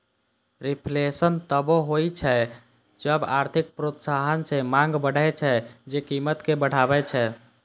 reflation तबो होइ छै जब आर्थिक प्रोत्साहन सं मांग बढ़ै छै, जे कीमत कें बढ़बै छै